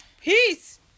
Peace